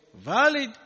valid